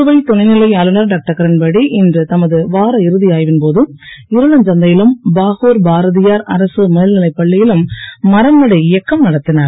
புதுவை துணைநிலை ஆளுநர் டாக்டர் கிரண்பேடி இன்று தமது வார இறுதி ஆய்வின் போது இருளஞ்சந்தையிலும் பாகூர் பாரதியார் அரசு மேல்நிலைப் பள்ளியிலும் மரம்நடு இயக்கம் நடத்தினார்